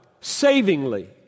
savingly